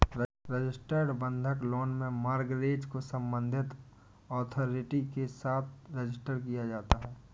registered बंधक loan में mortgage को संबंधित अथॉरिटी के साथ रजिस्टर किया जाता है